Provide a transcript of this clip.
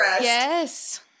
Yes